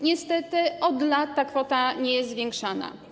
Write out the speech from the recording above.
Niestety od lat ta kwota nie jest zwiększana.